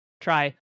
try